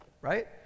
right